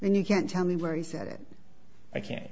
then you can't tell me where he said it i can't